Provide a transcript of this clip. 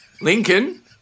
Lincoln